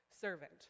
servant